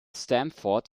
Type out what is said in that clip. stamford